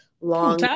long